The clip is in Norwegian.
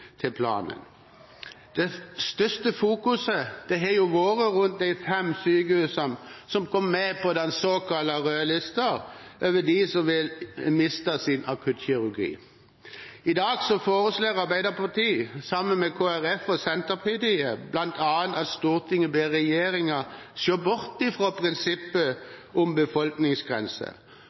til planen. Størst oppmerksomhet har det vært rundt de fem sykehusene som kom med på den såkalte rødlista over dem som vil miste sin akuttkirurgi. I dag foreslår Arbeiderpartiet, sammen med Kristelig Folkeparti og Senterpartiet, bl.a. at Stortinget ber regjeringen se bort fra prinsippet om befolkningsgrense.